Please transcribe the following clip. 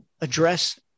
address